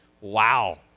Wow